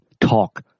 talk